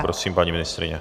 Prosím, paní ministryně.